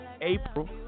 April